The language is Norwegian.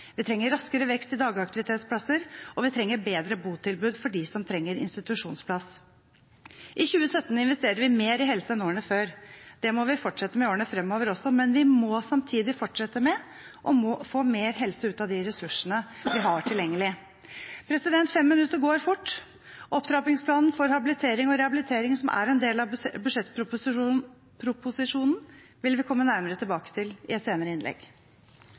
Vi trenger raskere vekst i antall dagaktivitetsplasser, og vi trenger bedre botilbud for dem som trenger institusjonsplass. I 2017 investerer vi mer i helse enn årene før. Det må vi fortsette med i årene fremover også, men vi må samtidig fortsette med å få mer helse ut av de ressursene vi har tilgjengelig. 5 minutter går fort. Opptrappingsplanen for habilitering og rehabilitering, som er en del av budsjettproposisjonen, vil vi komme nærmere tilbake til i et senere innlegg.